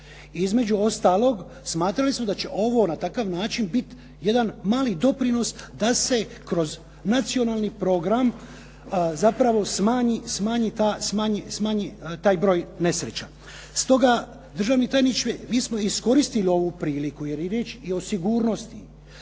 Između ostaloga, smatrali smo da će ovo na takav način biti jedan mali doprinos da se kroz nacionalni program zapravo smanji taj broj nesreća. Stoga državni tajniče, mi smo iskoristili ovu priliku jer je riječ i o sigurnosti